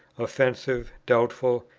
offensive, doubtful,